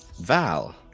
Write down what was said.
Val